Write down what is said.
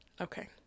Okay